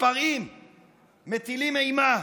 מתפרעים, מטילים אימה.